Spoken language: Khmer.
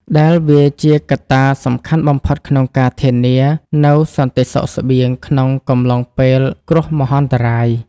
ដែលវាជាកត្តាសំខាន់បំផុតក្នុងការធានានូវសន្តិសុខស្បៀងក្នុងកំឡុងពេលគ្រោះមហន្តរាយ។